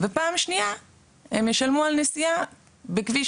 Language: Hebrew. ופעם שנייה הם ישלמו על נסיעה בכביש